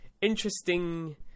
interesting